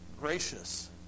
gracious